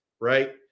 Right